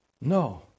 No